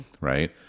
right